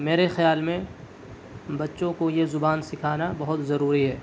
میرے خیال میں بچوں کو یہ زبان سکھانا بہت ضروری ہے